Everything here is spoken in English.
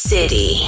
City